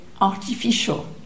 artificial